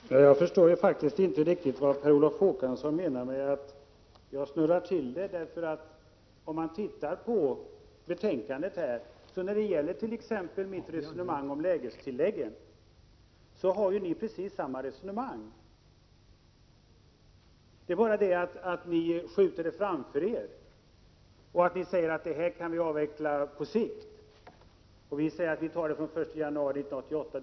Herr talman! Jag förstår faktiskt inte vad Per Olof Håkansson menar med att jag snurrar runt. Om man tittar i betänkandet finner man att socialdemokraterna för precis samma resonemang som folkpartiet i fråga om lägestilläggen. Det är bara det att ni skjuter frågan framför er och säger att lägestilläggen kan avvecklas på sikt, medan vi i folkpartiet säger att de skall slopas från den 1 januari 1988.